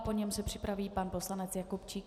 Po něm se připraví pan poslanec Jakubčík.